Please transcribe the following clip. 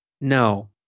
No